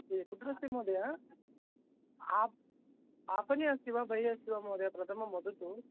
ए कुत्रस्ति महोदय आप् आपणे अस्ति वा बहिः अस्ति वा महोदय प्रथमं वदतु